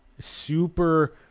Super